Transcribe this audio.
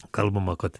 kalbama kad